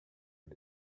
but